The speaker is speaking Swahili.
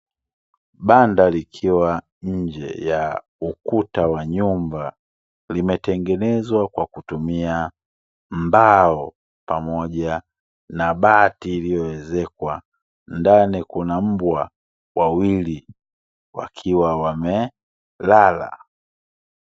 Banda likiwa nje ya ukuta wa nyumba, limetengenezwa kwa kutumia mbao pamoja na bati iliyoezekwa. Ndani kuna mbwa wawili wakiwa wamelala.